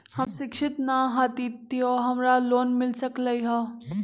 हम शिक्षित न हाति तयो हमरा लोन मिल सकलई ह?